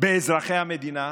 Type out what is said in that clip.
באזרחי המדינה,